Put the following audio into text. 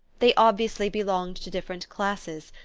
they obviously belonged to different classes,